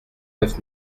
neuf